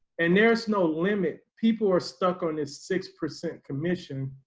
and there's no limit. people are stuck on this six percent commission.